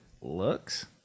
looks